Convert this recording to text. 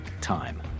time